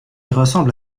ressemble